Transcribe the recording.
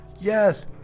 Yes